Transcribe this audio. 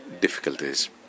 difficulties